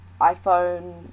iPhone